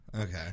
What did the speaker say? Okay